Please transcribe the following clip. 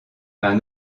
peint